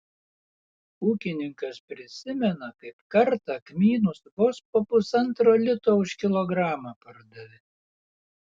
ūkininkas prisimena kaip kartą kmynus vos po pusantro lito už kilogramą pardavė